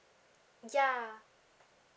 yeah